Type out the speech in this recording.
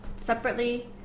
separately